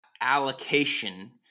allocation